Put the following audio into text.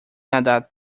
nadar